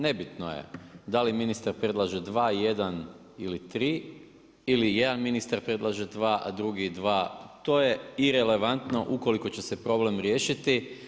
Nebitno je da li ministar predlaže dva, jedan ili tri, ili jedan ministar predlaže dva a drugi dva, to je irelevantno ukoliko će se problem riješiti.